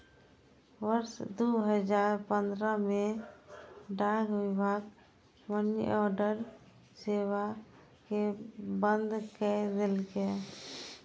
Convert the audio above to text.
वर्ष दू हजार पंद्रह मे डाक विभाग मनीऑर्डर सेवा कें बंद कैर देलकै